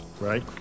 right